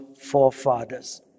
forefathers